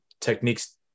techniques